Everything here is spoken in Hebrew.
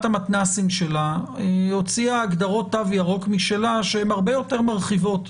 המתנ"סים שלה הוציאה הגדרות תו ירוק משלה שהן הרבה יותר מרחיבות,